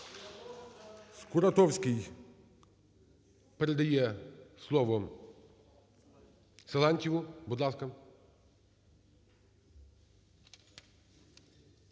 Скуратовський передає слово Силантьєву. Будь ласка.